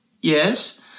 yes